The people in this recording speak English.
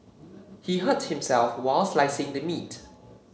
he hurt himself while slicing the meat